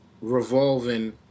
revolving